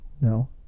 no